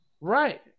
right